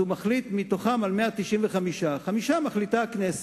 אז הוא מחליט מתוכם על 195. על חמישה מחליטה הכנסת.